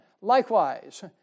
Likewise